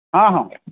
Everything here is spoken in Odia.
ହଁ ହଁ